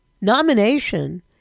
nomination